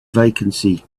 vacancy